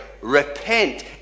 repent